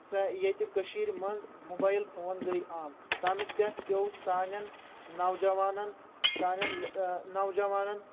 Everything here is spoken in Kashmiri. ییٚتہِ کٔشیٖرِ منٛز موبایِل فوٗن گٔے عام تَنہٕ پٮ۪ٹھ پیٚو سانٮ۪ن نوجوانن سانٮ۪ن نوجوانن